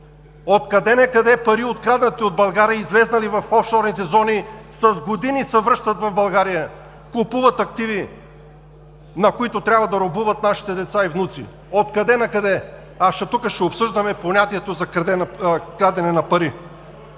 Откъде накъде пари, откраднати от България, излезли в офшорните зони, с години се връщат в България, купуват активи, на които трябва да робуват нашите деца и внуци? Откъде накъде?! А тук ще обсъждаме понятието „крадене на пари“.